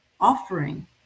offering